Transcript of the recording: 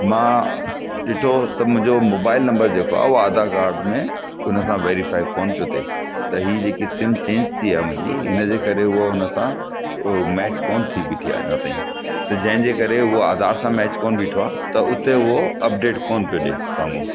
मां ॾिठो त मुंहिंजो मोबाइल नंबर जेको आहे उहा आधार काड में उन सां वैरीफाए कोन पियो थिए त ही जेकी सिम चेंज थी आहे मुंहिंजी हिन जे करे उहो उन सां उहो मैच कोन थी बिठी आहे अञा ताईं त जंहिंजे करे उहा आधार सां मैच कोन बीठो आहे त उते उहो अपडेट कोन पियो ॾे साम्हूं